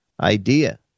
idea